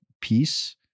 piece